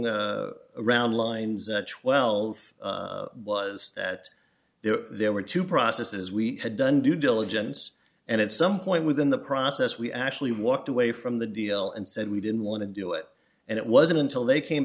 along around lines at twelve was that there there were two processes we had done due diligence and at some point within the process we actually walked away from the deal and said we didn't want to do it and it wasn't until they came